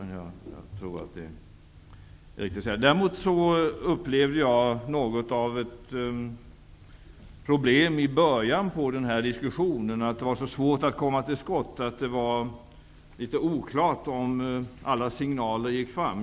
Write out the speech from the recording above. Jag upplevde däremot något av ett problem i början av den här diskussionen. Det var så svårt att komma till skott. Det var litet oklart om alla signaler gick fram.